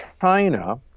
China